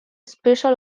special